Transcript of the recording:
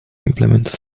implement